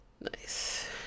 Nice